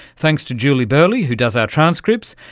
thanks to julie burleigh who does our transcripts,